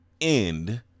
end